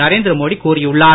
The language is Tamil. நரேந்திர மோடி கூறியுள்ளார்